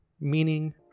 meaning